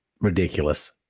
ridiculous